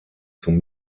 zum